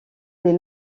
des